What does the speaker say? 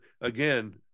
again